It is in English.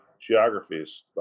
geographies